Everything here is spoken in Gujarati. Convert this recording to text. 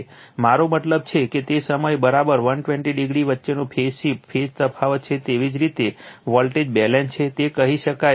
મારો મતલબ છે કે તે સમયે બરાબર 120o વચ્ચેનો ફેઝ શિફ્ટ ફેઝ તફાવત છે તેવી જ રીતે વોલ્ટેજ બેલેન્સ છે તે કહી શકાય